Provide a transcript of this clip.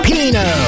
Pino